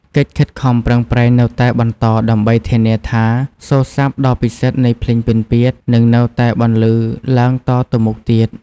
កិច្ចខិតខំប្រឹងប្រែងនៅតែបន្តដើម្បីធានាថា សូរ្យស័ព្ទដ៏ពិសិដ្ឋនៃភ្លេងពិណពាទ្យនឹងនៅតែបន្លឺឡើងតទៅមុខទៀត។